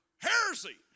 Heresy